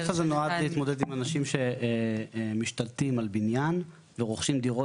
הסעיף הזה נועד להתמודד עם אנשים שמשתלטים על בניין ורוכשים דירות